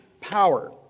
power